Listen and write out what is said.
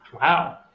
Wow